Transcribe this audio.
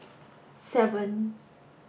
seven